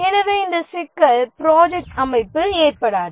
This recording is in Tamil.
எனவே அந்த சிக்கல் ப்ராஜெக்ட் அமைப்பில் ஏற்படாது